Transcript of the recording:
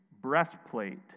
breastplate